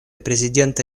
президента